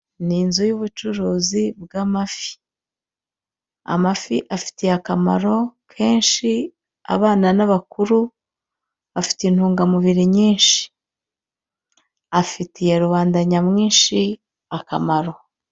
ni inzu yubucuruzi bw'amafi. Amafi afitiye akamaro kenshi abana n'abakuru, afite intungamubiri nyinshi, afitiye rubanda nyamwinshi akamaro.